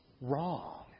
wrong